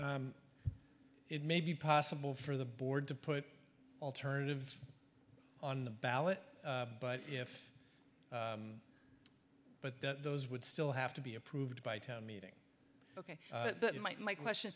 l it may be possible for the board to put alternative on the ballot but if but that those would still have to be approved by town meeting ok you might my question